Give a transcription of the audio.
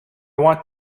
want